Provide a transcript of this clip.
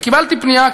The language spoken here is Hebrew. וקיבלתי פנייה,